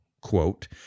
quote